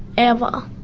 ever